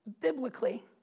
biblically